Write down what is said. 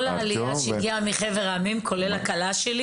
כל העלייה שהגיעה מחבר העמים כולל הכלה שלי